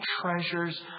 treasures